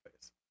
face